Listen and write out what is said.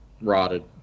rotted